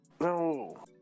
No